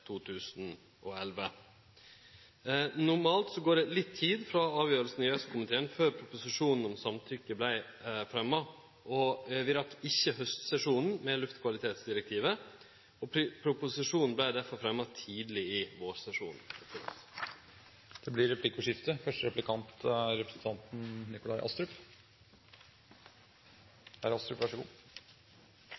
2011. Normalt går det litt tid frå avgjerd i EØS-komiteen til proposisjonen om samtykke vert fremma. Vi rakk ikkje luftkvalitetsdirektivet i haustsesjonen. Proposisjonen vart derfor fremma tidleg i vårsesjonen. Det blir replikkordskifte.